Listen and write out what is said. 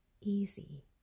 easy